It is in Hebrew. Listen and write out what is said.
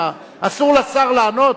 מה, אסור לשר לענות?